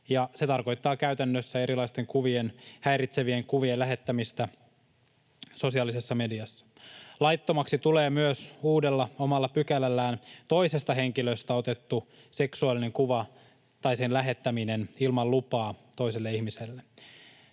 se tarkoittaa käytännössä erilaisten häiritsevien kuvien lähettämistä sosiaalisessa mediassa. Laittomaksi tulee myös uudella omalla pykälällään toisesta henkilöstä otettu seksuaalinen kuva tai sen lähettäminen ilman lupaa toiselle ihmiselle.